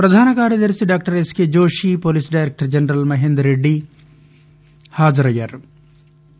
ప్రధాన కార్యదర్శి doctor S K Joshi police director general Mahender Reddy హాజరయ్యారు